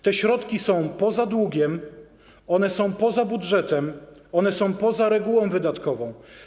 Te środki są poza długiem, one są poza budżetem, one są poza regułą wydatkową.